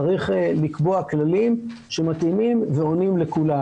צריך בסוף לקבוע כללים שמתאימים ועונים לכולם,